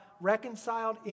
reconciled